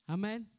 Amen